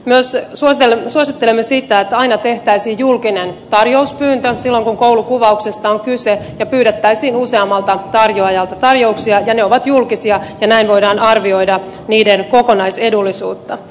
myös suosittelemme sitä että aina tehtäisiin julkinen tarjouspyyntö silloin kun koulukuvauksesta on kyse ja pyydettäisiin useammalta tarjoajalta tarjouksia ja ne ovat julkisia ja näin voidaan arvioida niiden kokonaisedullisuutta